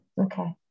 Okay